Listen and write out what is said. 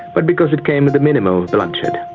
but because it came with a minimum of bloodshed.